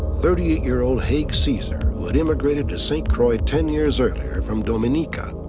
thirty eight year old haig caesar who had immigrated to st. croix ten years earlier from dominica.